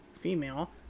female